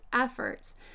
efforts